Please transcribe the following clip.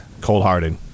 Cold-hearted